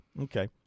okay